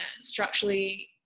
structurally